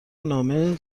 نامه